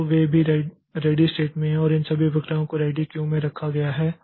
तो वे सभी रेडी स्टेट में हैं और इन सभी प्रक्रियाओं को रेडी क्यू में रखा गया है